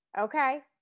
Okay